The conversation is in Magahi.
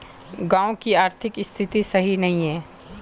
गाँव की आर्थिक स्थिति सही नहीं है?